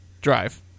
drive